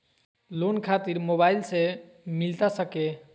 Loan खातिर mobile से मिलता सके?